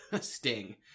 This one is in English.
sting